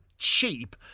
cheap